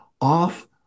off